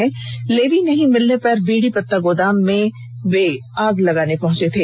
दोनों लेवी नहीं मिलने पर बीड़ी पत्ता गोदाम में आग लगाने पहुंचे थे